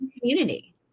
community